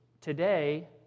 today